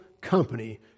company